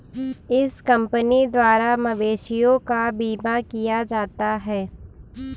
इस कंपनी द्वारा मवेशियों का बीमा किया जाता है